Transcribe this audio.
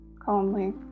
calmly